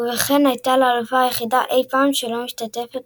ובכך הייתה לאלופה היחידה אי פעם שלא משתתפת